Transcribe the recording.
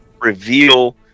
reveal